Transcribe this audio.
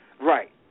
Right